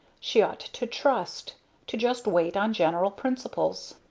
she ought to trust to just wait on general principles.